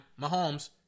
Mahomes